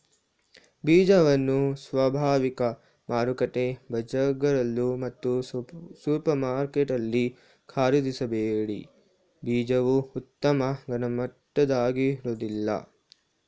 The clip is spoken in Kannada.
ಬೀಜವನ್ನು ಸ್ವಾಭಾವಿಕ ಮಾರುಕಟ್ಟೆ ಬಜಾರ್ಗಳು ಮತ್ತು ಸೂಪರ್ಮಾರ್ಕೆಟಲ್ಲಿ ಖರೀದಿಸಬೇಡಿ ಬೀಜವು ಉತ್ತಮ ಗುಣಮಟ್ಟದಾಗಿರೋದಿಲ್ಲ